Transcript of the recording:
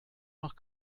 noch